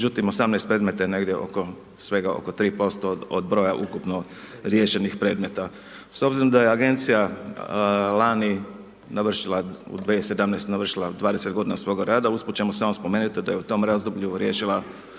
18 predmeta je negdje oko, svega oko 3% od broja ukupno riješenih predmeta. S obzirom da je agencija lani navršila u 2017. navršila 20 godina svoga rada usput ćemo samo spomenuti da je u tom razdoblju riješila